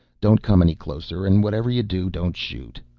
don't come any closer and whatever you do don't shoot.